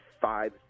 five